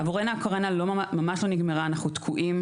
עבורנו הקורונה ממש לא נגמרה, אנחנו תקועים.